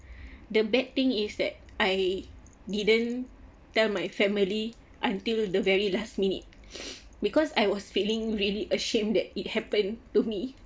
the bad thing is that I didn't tell my family until the very last minute because I was feeling really ashamed that it happen to me